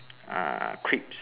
ah creeps